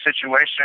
situation